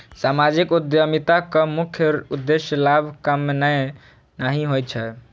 सामाजिक उद्यमिताक मुख्य उद्देश्य लाभ कमेनाय नहि होइ छै